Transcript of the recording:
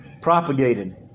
propagated